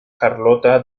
carlota